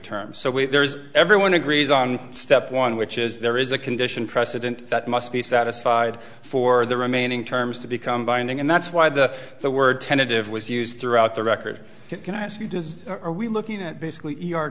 term so wait there's everyone agrees on step one which is there is a condition precedent that must be satisfied for the remaining terms to become binding and that's why the the word tentative was used throughout the record can i ask you does are we looking at basically